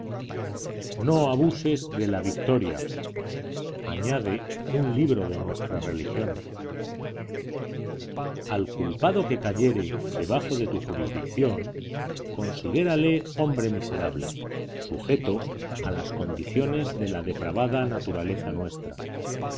no abuses de la victoria añade un libro de nuestra religión al culpado que cayere debajo de tu jurisdicción considérale hombre miserable sujeto a las condiciones de la depravada naturaleza nuestra